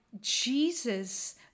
Jesus